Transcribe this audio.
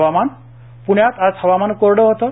हवामान प्ण्यात आज हवामान कोरडं होतं